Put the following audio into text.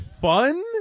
fun